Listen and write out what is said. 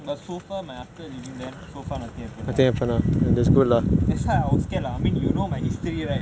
but so far my uncle living there so far nothing happen lah that's why I was scared lah you know my history right